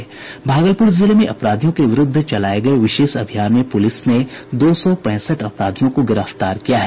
भागलपुर जिले में अपराधियों के विरुद्ध चलाये गये विशेष अभियान में पुलिस ने दो सौ पैंसठ अपराधियों को गिरफ्तार किया है